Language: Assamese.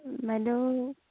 বাইদউ